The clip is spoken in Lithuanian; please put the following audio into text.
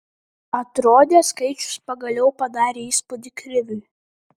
atrodė skaičius pagaliau padarė įspūdį kriviui